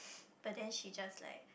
but then she just like